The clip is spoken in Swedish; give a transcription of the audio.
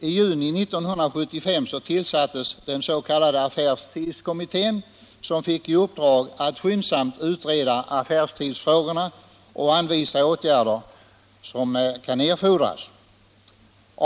I juni 1975 tillsattes den s.k. affärstidskommittén, som fick i uppdrag att skyndsamt utreda affärstidsfrågorna och anvisa de åtgärder som kunde erfordras.